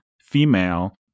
female